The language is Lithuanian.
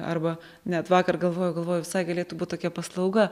arba net vakar galvoju galvoju visai galėtų būt tokia paslauga